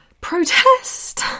protest